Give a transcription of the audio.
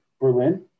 berlin